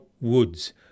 Woods